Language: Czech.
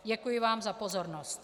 Děkuji vám za pozornost.